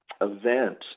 event